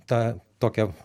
tą tokią